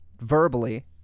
verbally